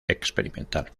experimental